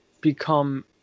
become